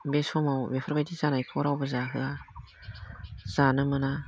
बे समाव बेफोरबायदि जानायखौ रावबो जाहोआ जानो मोना